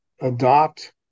adopt